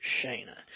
Shayna